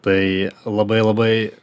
tai labai labai